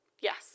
Yes